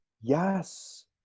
Yes